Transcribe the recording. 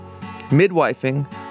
midwifing